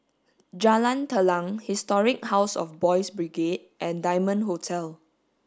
Jalan Telang Historic House of Boys' Brigade and Diamond Hotel